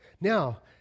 Now